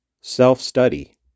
self-study